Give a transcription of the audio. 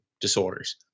disorders